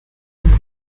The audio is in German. und